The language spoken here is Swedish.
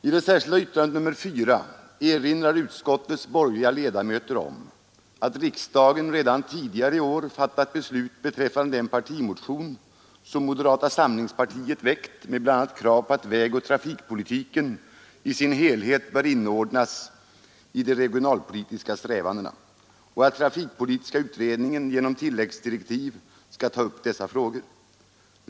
I det särskilda yttrandet nr 4 erinrar utskottets borgerliga ledamöter om att riksdagen redan tidigare i år fattat beslut beträffande den partimotion som moderata samlingspartiet väckt med bl.a. krav på att vägoch trafikpolitiken i sin helhet bör inordnas i de regionalpolitiska strävandena och att trafikpolitiska utredningen genom tilläggsdirektiv skall ta upp dessa frågor.